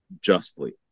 justly